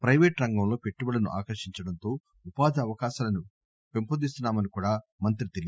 private రంగంలో పెట్టుబడులను ఆకర్షించడంతో ఉపాధి అవకాశాలను పెంపొందిస్తున్నా మన్నా రు